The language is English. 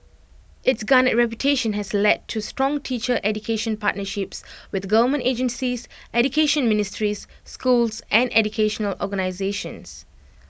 its garnered reputation has led to strong teacher education partnerships with government agencies education ministries schools and educational organisations